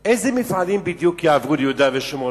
השאלה איזה מפעלים בדיוק יעברו ליהודה ושומרון.